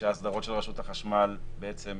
שההסדרות של רשות החשמל בעצם